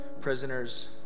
prisoners